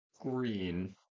green